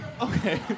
Okay